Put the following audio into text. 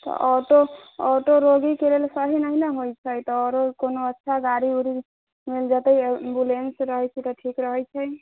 तऽ auto auto रोगीके लेल सही नहि ने होइत छै तऽ आओरो कोनो अच्छा गाड़ी उड़ी मिल जेतै एम्बुलेंस रहैत छै तऽ ठीक रहैत छै